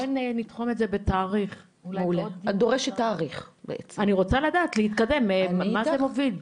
אני רוצה שנקבע תאריך כדי לראות לאן זה מוביל.